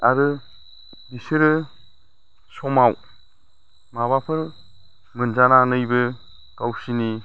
आरो बिसोरो समाव माबाफोर मोनजानानैबो गावसिनि